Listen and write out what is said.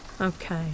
okay